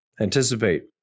Anticipate